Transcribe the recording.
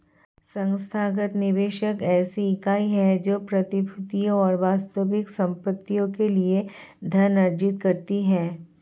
संस्थागत निवेशक ऐसी इकाई है जो प्रतिभूतियों और वास्तविक संपत्तियों के लिए धन अर्जित करती है